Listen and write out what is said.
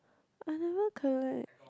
I never collect